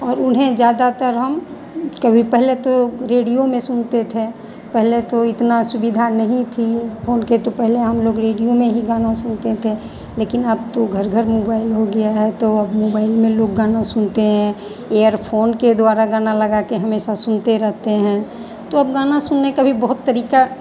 और उन्हें ज़्यादातर हम कभी पहले तो रेडियो में सुनते थे पहेले तो इतना सुविधा नहीं थी फोन के तो पहेले हम लोग रेडियो में ही गाना सुनते थे लेकिन अब तो घर घर मोबाइल हो गया है तो अब मोबाइल में लोग गाना सुनते हैं एयरफ़ोन के द्वारा गाना लगा के हमेशा सुनते रहते हैं तो अब गाना सुनने का भी बहुत तरीका